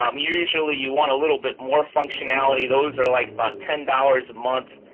um usually you want a little bit more functionality. those are like about ten dollars a month.